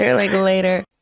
yeah like, later!